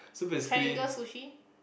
triangle sushi